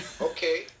Okay